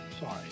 Sorry